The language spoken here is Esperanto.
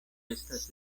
estas